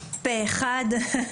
פה אחד.